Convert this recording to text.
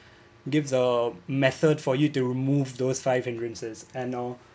gives a method for you to remove those five hindrances and now